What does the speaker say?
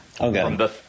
Okay